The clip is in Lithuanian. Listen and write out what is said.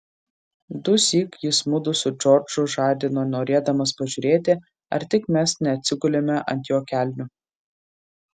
dusyk jis mudu su džordžu žadino norėdamas pažiūrėti ar tik mes neatsigulėme ant jo kelnių